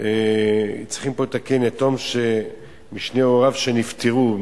צריכים פה לתקן: יתום משני הוריו, שנפטרו.